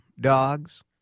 dogs